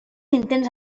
intents